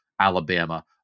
Alabama